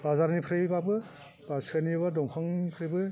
बाजारनिफ्रायबाबो बा सोरनिबा दंफांनिफ्रायबो